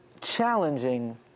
challenging